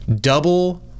Double